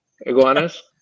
iguanas